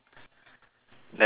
that's not normal